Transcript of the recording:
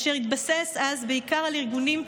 אשר התבסס אז בעיקר על ארגונים,